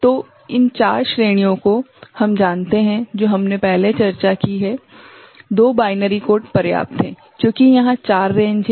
तो इन 4 श्रेणियों को हम जानते हैं जो हमने पहले चर्चा की है 2 बाइनरी कोड पर्याप्त है क्योंकि यहाँ 4 रेंज हैं